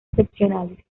excepcionales